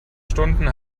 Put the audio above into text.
stunden